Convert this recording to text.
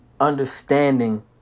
Understanding